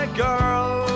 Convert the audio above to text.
girl